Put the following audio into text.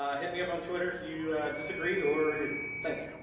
ah hit me up on twitter if you disagree or agree. thanks.